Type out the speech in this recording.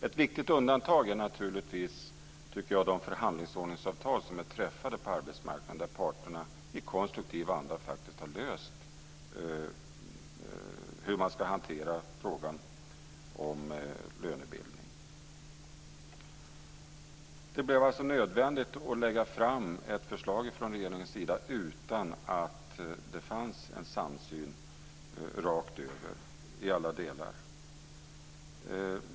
Ett viktigt undantag är, tycker jag, naturligtvis de förhandlingsordningsavtal som är träffade på arbetsmarknaden, där parterna i konstruktiv andra faktiskt har löst detta med hur man ska hantera frågan om lönebildning. Det blev alltså nödvändigt att från regeringens sida lägga fram ett förslag utan att det fanns en samsyn rakt över i alla delar.